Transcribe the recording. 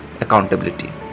accountability